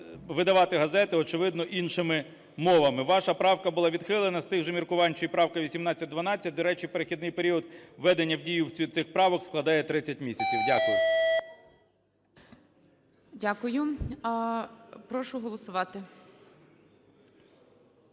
видавати газети, очевидно, іншими мовами. Ваша правка була відхилена з тих же міркувань, що і правка 1812, до речі, перехідний період введення в дію всіх цих правок складає 30 місяців. Дякую. ГОЛОВУЮЧИЙ. Дякую. Прошу голосувати.